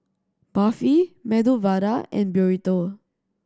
Barfi Medu Vada and Burrito